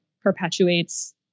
perpetuates